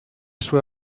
sue